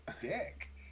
dick